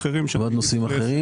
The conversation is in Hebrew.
נושאים אחרים.